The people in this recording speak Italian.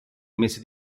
mese